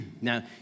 Now